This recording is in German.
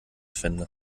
finde